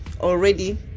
already